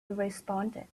responded